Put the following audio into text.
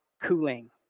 cooling